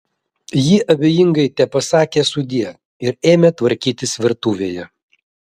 ji abejingai tepasakė sudie ir ėmė tvarkytis virtuvėje